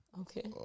Okay